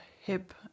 hip